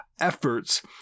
efforts